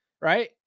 Right